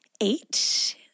eight